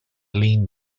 lean